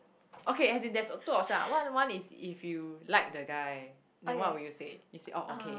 okay as in there's two option ah one one is if you like the guy then what would you say you say oh okay